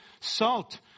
salt